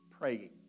praying